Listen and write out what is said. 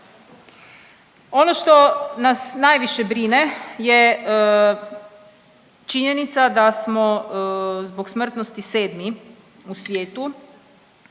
Ono što nas najviše brine je činjenica da smo zbog smrtnosti sedmi u svijetu